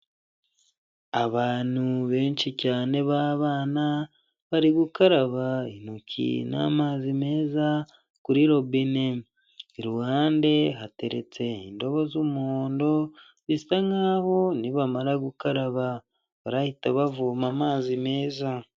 Abantu benshi cyane b'abana bari gukaraba intoki n'amazi meza kuri robine, iruhande hateretse indobo z'umuhondo bisa nk'aho nibamara gukaraba barahita bavoma amazi meza.